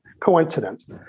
Coincidence